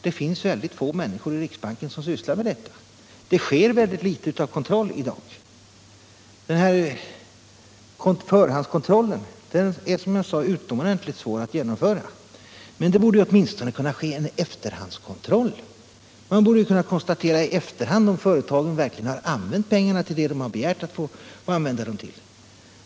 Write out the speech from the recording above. Det finns ytterst få människor i riksbanken som sysslar med detta. Det sker ytterst litet av kontroll f.n. Företagskontrollen är, som jag redan sagt, utomordentligt svår att genomföra, men det borde åtminstone kunna ske en efterhandskontroll. Man borde kunna konstatera i efterhand om företagen verkligen använt pengarna till det som de har begärt att få använda dem till.